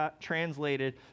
translated